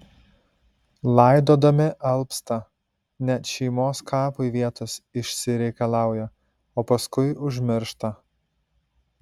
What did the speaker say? laidodami alpsta net šeimos kapui vietos išsireikalauja o paskui užmiršta